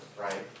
right